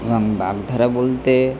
এবং বাগধারা বলতে